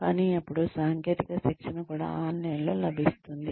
కానీ అప్పుడు సాంకేతిక శిక్షణ కూడా ఆన్లైన్లో లభిస్తుంది